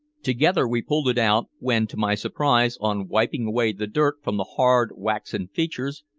together we pulled it out, when, to my surprise, on wiping away the dirt from the hard waxen features,